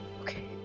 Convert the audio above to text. Okay